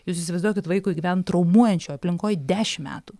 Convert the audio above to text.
jūs įsivaizduokit vaikui gyvent traumuojančioj aplinkoj dešim metų